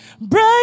break